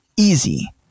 easy